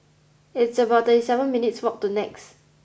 it's about thirty seven minutes' walk to Nex